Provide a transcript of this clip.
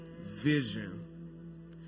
Vision